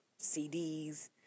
CDs